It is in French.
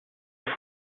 leur